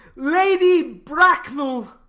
lady bracknell!